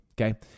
Okay